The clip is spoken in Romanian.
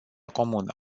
comună